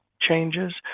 changes